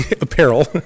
apparel